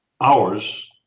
hours